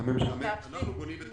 אנחנו בונים את